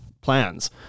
plans